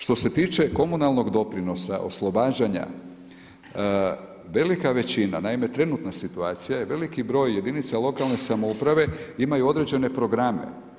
Što se tiče komunalnog doprinosa oslobađanja, velika većina, naime trenutna situacija, je veliki broj jedinica lokalne samouprave imaju određene programe.